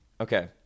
Okay